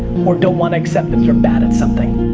or don't want to accept that they're bad at something.